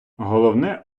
головне